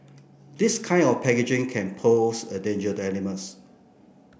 this kind of packaging can pose a danger to animals